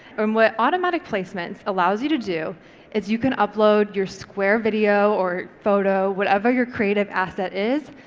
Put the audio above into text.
and what automatic placements allows you to do is you can upload your square video, or photo, whatever your creative asset is,